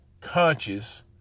conscious